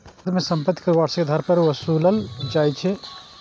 भारत मे संपत्ति कर वार्षिक आधार पर ओसूलल जाइ छै